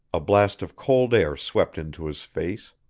a blast of cold air swept into his face.